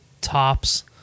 tops